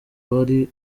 wari